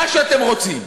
מה שאתם רוצים.